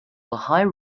lehigh